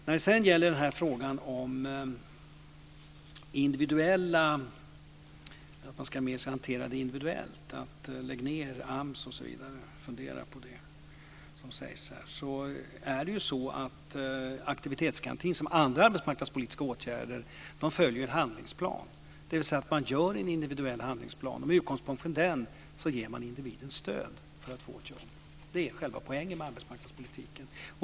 När det sedan gäller frågan om att hantera detta mer individuellt, de funderingar på att lägga ned AMS osv. som det talas om här, är det ju så att aktivitetsgarantin liksom andra arbetsmarknadspolitiska åtgärder följer en handlingsplan. Man gör en individuell handlingsplan, och med utgångspunkt från den ger man individen stöd i att få ett jobb. Det är själva poängen med arbetsmarknadspolitiken.